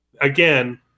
again